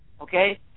okay